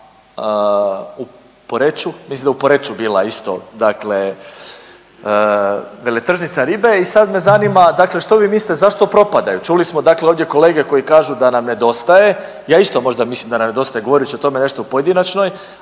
u Poreču, mislim da je u Poreču bila isto veletržnica ribe i sad me zanima dakle što vi mislite zašto propadaju? Čuli smo dakle ovdje kolege koji kažu da nam nedostaje, ja isto možda mislim da nam nedostaje govorit ću nešto o tome u pojedinačnoj,